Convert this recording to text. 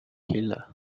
healer